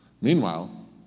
Meanwhile